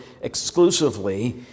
exclusively